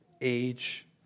age